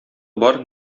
бар